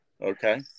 Okay